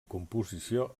composició